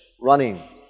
running